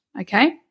okay